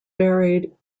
buried